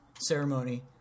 ceremony